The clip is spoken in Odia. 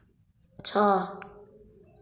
ଛଅ